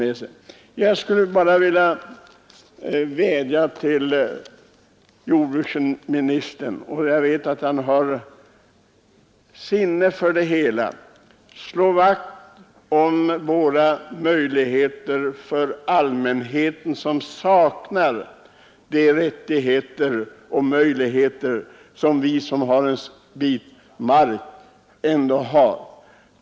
Jag skulle vilja vädja till jordbruksministern, som jag vet har sinne för det hela, att slå vakt om allmänhetens intressen. Allmänheten saknar de möjligheter och rättigheter som vi som äger en bit mark ändå har.